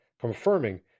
confirming